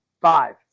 Five